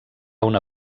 una